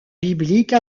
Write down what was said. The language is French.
biblique